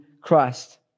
Christ